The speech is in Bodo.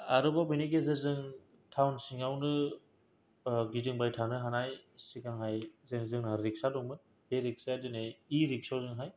आरोबाव बेनि गेजेरजों टाउन सिंयावनो गिदिंबाय थानो हानाय सिगां हाय जों जोंना रिक्सा दंमोन बे रिक्साया दिनै इरिक्स'जों हाय